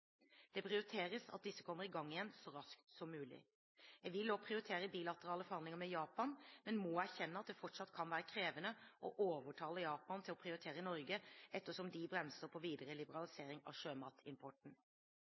Det prioriteres at disse kommer i gang igjen så raskt som mulig. Jeg vil også prioritere bilaterale forhandlinger med Japan, men må erkjenne at det fortsatt kan være krevende å overtale Japan til å prioritere Norge ettersom de bremser på videre